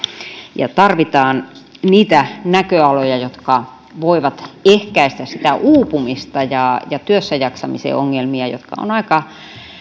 ja tarvitaan niitä näköaloja jotka voivat ehkäistä uupumista ja ja työssäjaksamisen ongelmia jotka ovat aika